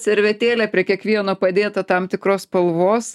servetėlė prie kiekvieno padėta tam tikros spalvos